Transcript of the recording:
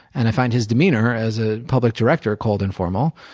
and i find his demeanor, as a public director, cold and formal.